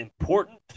important